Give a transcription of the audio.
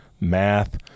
math